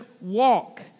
walk